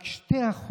רק 2%,